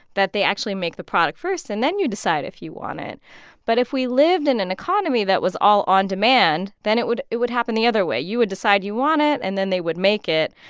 that they actually make the product first and then you decide if you want it but if we lived in an economy that was all on demand, then it would it would happen the other way. you would decide you want it, and then they would make it.